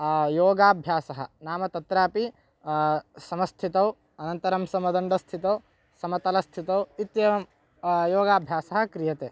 योगाभ्यासः नाम तत्रापि समस्थितौ अनन्तरं समदण्डस्थितौ समतलस्थितौ इत्येवं योगाभ्यासः क्रियते